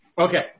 Okay